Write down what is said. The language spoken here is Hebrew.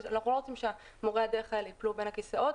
אנחנו לא רוצים שמורי הדרך האלה ייפלו בין הכיסאות,